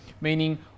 meaning